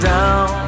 Down